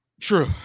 True